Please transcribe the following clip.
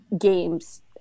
games